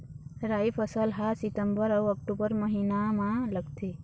राई फसल हा सितंबर अऊ अक्टूबर महीना मा लगथे